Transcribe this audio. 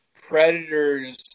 predators